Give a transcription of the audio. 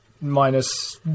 minus